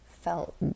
felt